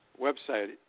website